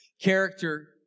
Character